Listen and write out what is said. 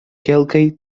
kelkaj